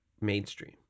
mainstream